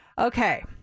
Okay